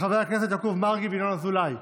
של חברי הכנסת יעקב מרגי וינון אזולאי.